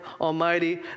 Almighty